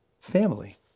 family